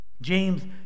James